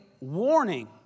warning